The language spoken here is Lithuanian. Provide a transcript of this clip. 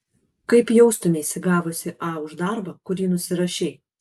kaip jaustumeisi gavusi a už darbą kurį nusirašei